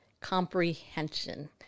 comprehension